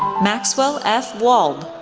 maxwell f. walde,